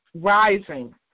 rising